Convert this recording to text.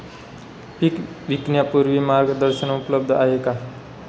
पीक विकण्यापूर्वी मार्गदर्शन उपलब्ध आहे का?